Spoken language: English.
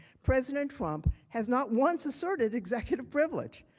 president trump has not once asserted executive privilege.